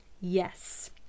yes